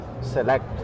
select